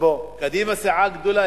קדימה סיעה גדולה,